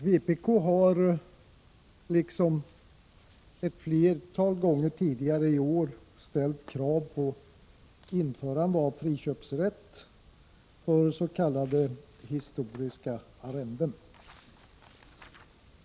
Herr talman! Vpk har i år liksom ett flertal gånger tidigare ställt krav på införande av friköpsrätt för s.k. historiska arrenden.